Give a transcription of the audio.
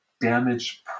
damaged